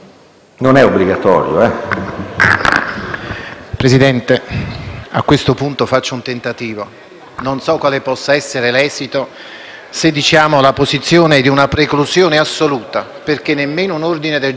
a questo punto faccio un tentativo, ma non so quale possa esserne l'esito. Se la posizione è di una preclusione assoluta perché neanche un ordine del giorno possa essere preso in considerazione, ne prenderò atto. Ripropongo,